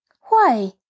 Why